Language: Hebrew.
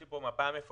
יש לי פה מפה מפורטת.